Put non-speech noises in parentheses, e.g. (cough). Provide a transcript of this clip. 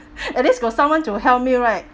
(breath) at least got someone to help me right